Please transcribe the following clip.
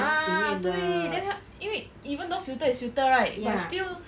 uh 对 then 它 even though filter is filter right but still